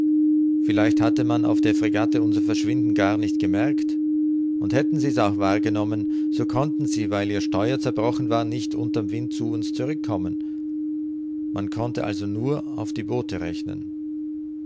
vielleicht hatte man auf der fregatte unser verschwinden gar nicht gemerkt und hätten sie's auch wahrgenommen so konnten sie weil ihr steuer zerbrochen war nicht unter'm wind zu uns zurückkommen man konnte also nur auf die boote rechnen